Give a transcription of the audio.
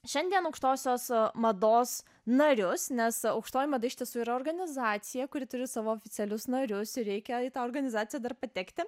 šiandien aukštosios mados narius nes aukštoji mada iš tiesų yra organizacija kuri turi savo oficialius narius ir reikia į tą organizaciją dar patekti